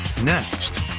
Next